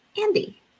Andy